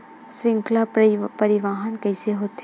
श्रृंखला परिवाहन कइसे होथे?